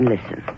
Listen